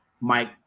Mike